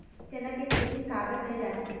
चना के खेती काबर करे जाथे?